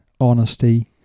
honesty